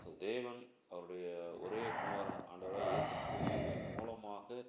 so தேவன் அவருடைய ஒரே குமாரன் ஆண்டவர் ஏசு கிறிஸ்துவின் மூலமாக